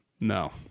No